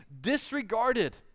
disregarded